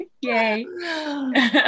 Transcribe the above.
yay